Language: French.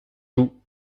tout